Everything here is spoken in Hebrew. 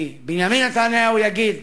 כי בנימין נתניהו יגיד: